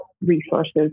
resources